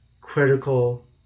critical